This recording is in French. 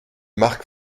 marc